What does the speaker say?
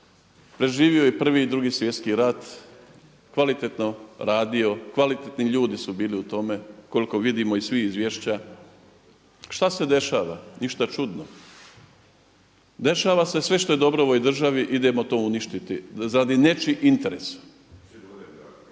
preživio je i prvi i Drugi svjetski rat, kvalitetno radio, kvalitetni ljudi su bili u tome, koliko vidimo i svi iz izvješća. Šta se dešava? Ništa čudno. Dešava se sve što je dobro u ovoj državi idemo to uništiti radi nečijih interesa.